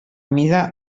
mida